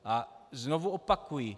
A znovu opakuji.